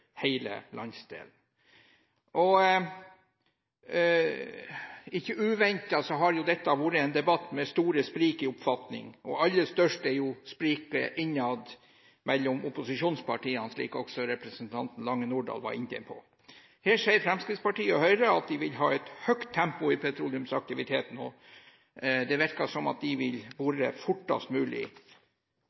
hele landsdelen. Ikke uventet har dette vært en debatt med store sprik i oppfatning, og aller størst er spriket innad mellom opposisjonspartiene – slik også representanten Lange Nordahl var inne på. Her sier Fremskrittspartiet og Høyre at de vil ha et høyt tempo i petroleumsaktiviteten. Det virker som om de vil bore fortest mulig.